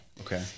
okay